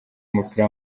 umupira